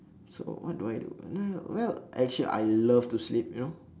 so what do I do well actually I love to sleep you know